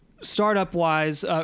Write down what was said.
startup-wise